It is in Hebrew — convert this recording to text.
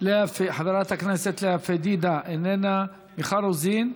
חברת הכנסת לאה פדידה, איננה, מיכל רוזין,